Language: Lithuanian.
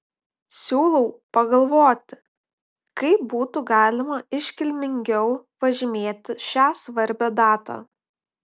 siūlau pagalvoti kaip būtų galima iškilmingiau pažymėti šią svarbią datą